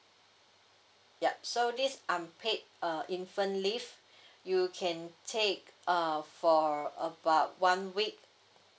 yup so this unpaid uh infant leave you can take uh for about one week